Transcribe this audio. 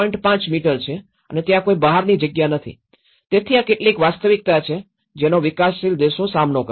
૫ metre છે અને ત્યાં કોઈ બહારની જગ્યા નથી તેથી આ કેટલીક વાસ્તવિકતા છે જેનો વિકાસશીલ દેશો સામનો કરે છે